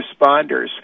responders